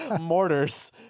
mortars